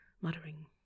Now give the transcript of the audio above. muttering